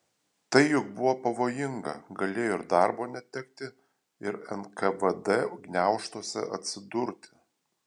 tai juk buvo pavojinga galėjo ir darbo netekti ir nkvd gniaužtuose atsidurti